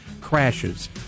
crashes